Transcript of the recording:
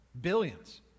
Billions